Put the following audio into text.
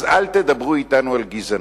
אז אל תדברו אתנו על גזענות,